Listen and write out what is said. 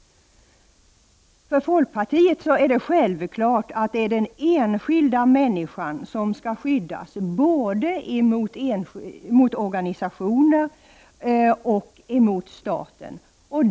För folkpartiet är det självklart att det är den enskilda människan som skall skyddas mot både organisationer och staten.